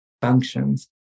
functions